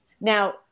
Now